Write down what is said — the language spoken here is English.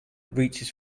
reaches